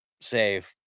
save –